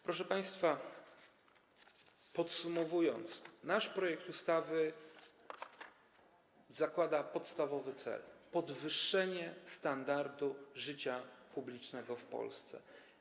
Proszę państwa, podsumowując, nasz projekt ustawy zakłada podstawowy cel: podwyższenie standardu życia publicznego w Polsce.